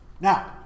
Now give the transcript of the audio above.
now